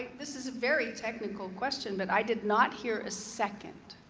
this is a very technical question, but i did not hear a second.